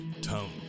Tone